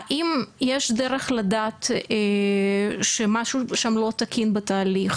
האם יש דרך לדעת שמשהו שם לא תקין בתהליך?